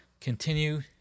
continue